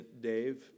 Dave